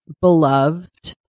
beloved